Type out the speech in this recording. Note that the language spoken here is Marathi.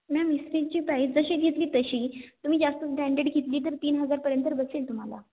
मॅम इस्त्रीजची प्राईस जशी घेतली तशी तुम्ही जास्तच ब्रँडेड घेतली तर तीन हजारपर्यंत तर बसेल तुम्हाला